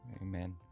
Amen